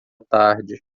tarde